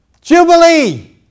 Jubilee